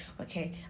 okay